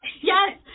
Yes